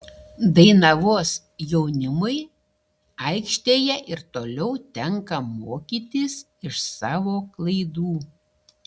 dainavos jaunimui aikštėje ir toliau tenka mokytis iš savo klaidų